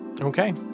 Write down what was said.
Okay